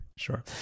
sure